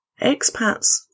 Expats